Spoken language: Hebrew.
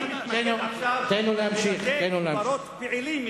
אני מתמקד עכשיו בבתי-קברות פעילים,